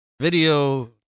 video